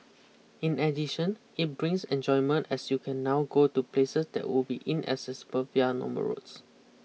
in addition it brings enjoyment as you can now go to places that would be inaccessible via normal roads